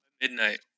Midnight